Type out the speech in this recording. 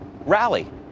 rally